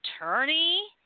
attorney